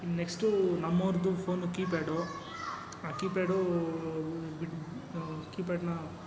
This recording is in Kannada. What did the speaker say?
ಇನ್ನು ನೆಕ್ಸ್ಟೂ ನಮ್ಮವ್ರದ್ದು ಫೋನು ಕೀಪ್ಯಾಡು ಆ ಕೀಪ್ಯಾಡೂ ಬಿಟ್ಟು ಕೀಪ್ಯಾಡ್ನ